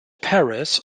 paris